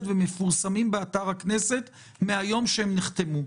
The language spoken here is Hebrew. מכוח החוק והם מפורסמים באתר הכנסת מיום שהם נחתמו.